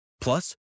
Plus